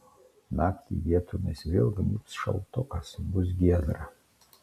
naktį vietomis vėl gnybs šaltukas bus giedra